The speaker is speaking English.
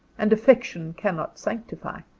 and affection cannot sanctify.